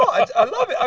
i love it. i